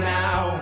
now